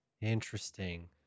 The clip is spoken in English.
Interesting